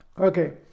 Okay